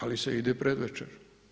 Ali se ide predvečer.